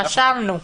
רשמנו.